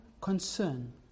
concern